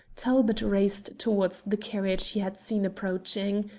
talbot raced towards the carriage he had seen approaching.